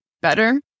better